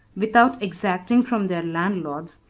without exacting from their landlords,